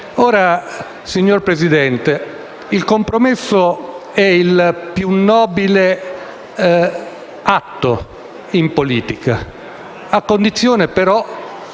Signora Presidente, il compromesso è il più nobile atto in politica, a condizione però